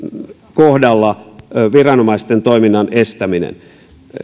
kohdalla viranomaisten toiminnan estäminen